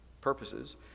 purposes